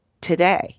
today